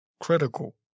critical